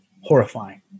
horrifying